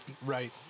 Right